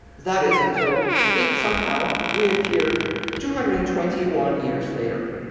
that is until it somehow reappeared two hundred and twenty one years later.